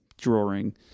Drawing